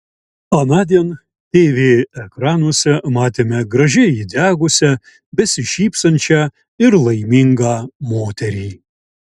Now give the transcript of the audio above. anądien tv ekranuose matėme gražiai įdegusią besišypsančią ir laimingą moterį